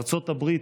ארצות הברית,